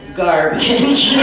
garbage